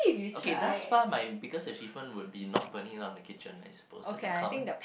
okay thus far my biggest achievement would be not burning down the kitchen I suppose does that count